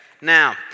Now